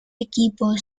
equipo